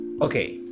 Okay